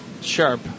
Sharp